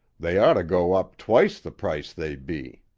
they oughter go up twice the price they be.